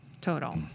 total